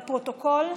לפרוטוקול.